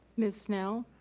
ms. snell,